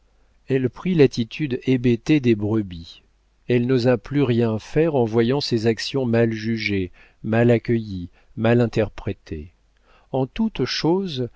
elle prit l'attitude hébétée des brebis elle n'osa plus rien faire en voyant ses actions mal jugées mal accueillies mal interprétées en toute chose